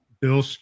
Bill